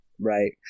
Right